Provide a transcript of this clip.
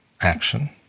action